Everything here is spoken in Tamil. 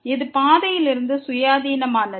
இது பாதையிலிருந்து சுயாதீனமானது